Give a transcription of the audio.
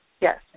Yes